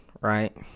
right